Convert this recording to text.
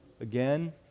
again